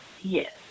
Yes